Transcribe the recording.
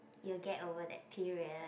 you'll get over that period